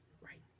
right